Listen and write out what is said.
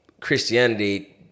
Christianity